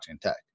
tech